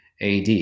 AD